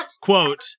quote